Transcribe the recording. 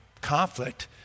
conflict